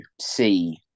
see